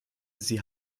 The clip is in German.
sie